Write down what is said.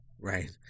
Right